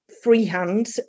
freehand